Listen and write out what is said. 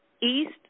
East